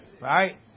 Right